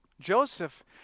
Joseph